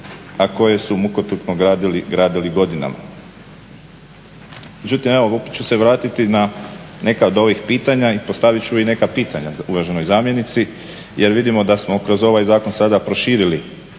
a koje su mukotrpno gradili godinama. Međutim, evo opet ću se vratiti na neka od ovih pitanja i postavit ću i neka pitanja uvaženoj zamjenici jer vidimo da smo kroz ovaj zakon sada proširili